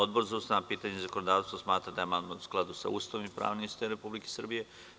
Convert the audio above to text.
Odbor za ustavna pitanja i zakonodavstvo smatra da je amandman u skladu sa Ustavom i pravnim sistemom Republike Srbije.